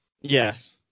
Yes